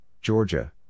Georgia